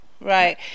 Right